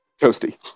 toasty